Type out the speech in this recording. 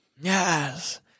Yes